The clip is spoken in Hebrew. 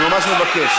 אני ממש מבקש.